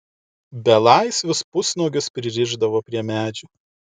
belaisvius pusnuogius pririšdavo prie medžių